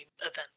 event